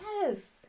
Yes